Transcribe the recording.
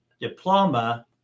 diploma